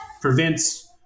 prevents